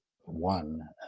one